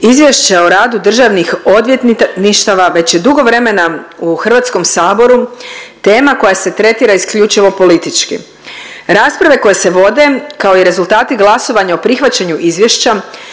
Izvješće o radu državnih odvjetništava već je dugo vremena u Hrvatskom saboru tema koja se tretira isključivo politički. Rasprave koje se vode kao i rezultati glasovanja o prihvaćanju izvješća